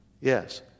Yes